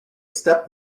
step